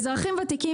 אזרחים ותיקים,